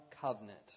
covenant